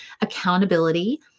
accountability